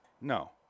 No